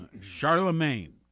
Charlemagne